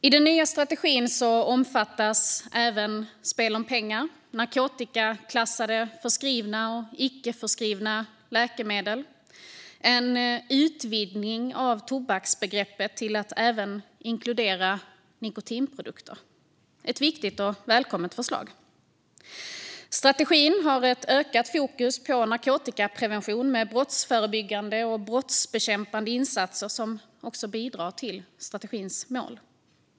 I den nya strategin omfattas även spel om pengar, narkotikaklassade förskrivna och icke-förskrivna läkemedel samt en utvidgning av tobaksbegreppet till att även inkludera nikotinprodukter. Det är ett viktigt och välkommet förslag. Strategin har ett ökat fokus på narkotikaprevention med brottsförebyggande och brottsbekämpande insatser som också bidrar till strategins mål.